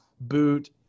boot